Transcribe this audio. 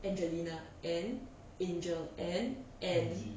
angelina and angel and ann